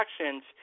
actions